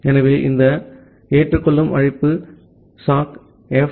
ஆகவே இந்த ஏற்றுக்கொள்ளும் அழைப்பு சாக் எஃப்